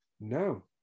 No